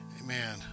amen